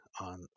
on